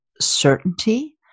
certainty